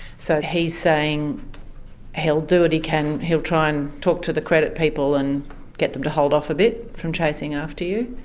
so he's saying he'll do what he can, he'll try and talk to the credit people and get them to hold off a bit from chasing after you,